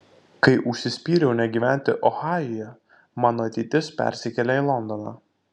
kai užsispyriau negyventi ohajuje mano ateitis persikėlė į londoną